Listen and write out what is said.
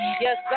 Yes